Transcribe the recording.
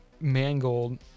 Mangold